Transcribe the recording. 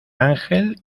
ángel